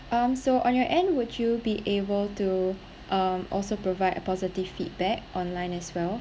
um so on your end would you be able to um also provide a positive feedback online as well